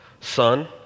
Son